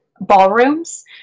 ballrooms